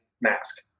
mask